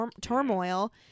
turmoil